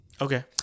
Okay